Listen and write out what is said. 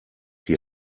die